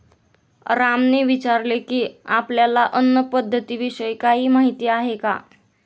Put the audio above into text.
रामने विचारले की, आपल्याला अन्न पद्धतीविषयी काही माहित आहे का?